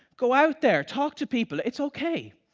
go out there, talk to people it's okay.